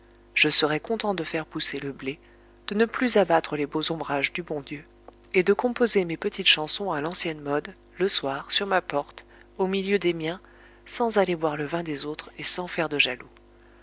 je serai content de faire pousser le blé de ne plus abattre les beaux ombrages du bon dieu et de composer mes petites chansons à l'ancienne mode le soir sur ma porte au milieu des miens sans aller boire le vin des autres et sans faire de jaloux